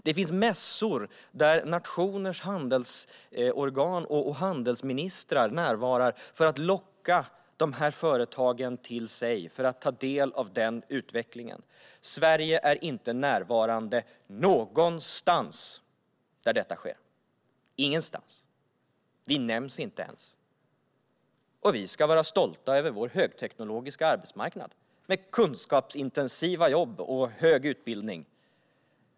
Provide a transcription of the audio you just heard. Det finns mässor där nationers handelsorgan och handelsministrar närvarar för att locka till sig dessa företag för att ta del av utvecklingen. Sverige är inte närvarande någonstans där detta sker, ingenstans. Vi nämns inte ens. Och så ska vi vara stolta över vår högteknologiska arbetsmarknad, med kunskapsintensiva jobb och hög utbildning.